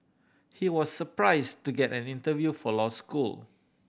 he was surprise to get an interview for law school